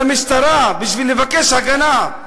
למשטרה, בשביל לבקש הגנה.